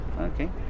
okay